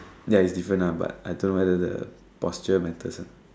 ya is different ah but I don't know if the posture matters ah